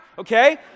Okay